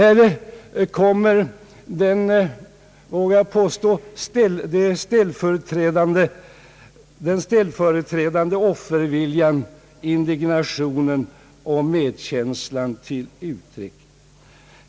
Här kommer, vågar jag påstå, den ställföreträdande offerviljan, indignationen och medkänslan till uttryck.